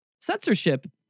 Censorship